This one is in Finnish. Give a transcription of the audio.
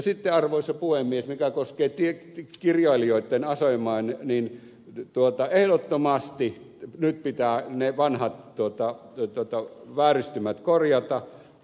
sitten arvoisa puhemies siinä mikä koskee kirjailijoitten asemaa ehdottomasti nyt pitää ne vanhat vääristymät korjata